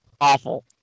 awful